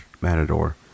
Matador